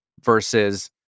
versus